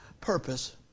purpose